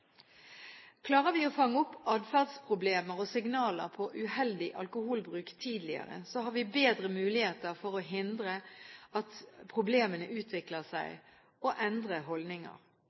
Klarer vi å fange opp atferdsproblemer og signaler på uheldig alkoholbruk tidligere, har vi bedre muligheter for å hindre at problemene utvikler seg og endrer holdninger.